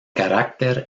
carácter